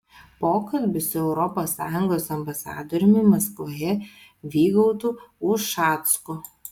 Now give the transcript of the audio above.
pokalbis su europos sąjungos ambasadoriumi maskvoje vygaudu ušacku